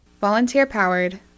Volunteer-powered